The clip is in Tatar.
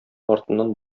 артыннан